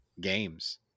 games